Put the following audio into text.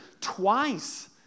twice